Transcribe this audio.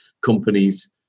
companies